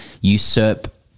usurp